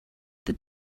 that